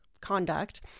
conduct